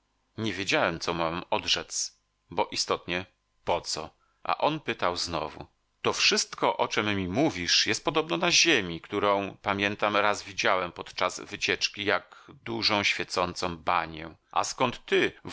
nie wiedziałem co mu mam odrzec bo istotnie po co a on pytał znowu to wszystko o czem mi mówisz jest podobno na ziemi którą pamiętam raz widziałem podczas wycieczki jak dużą świecącą banię a skąd ty